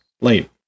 late